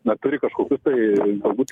na turi kažkokius tai galbūt